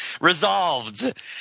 Resolved